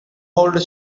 old